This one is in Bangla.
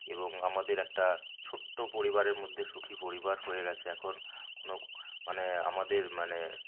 এবং আমাদের একটা ছোট্ট পরিবারের মধ্যে সুখী পরিবার হয়ে গেছে এখন কোনও মানে আমাদের মানে